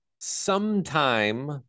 Sometime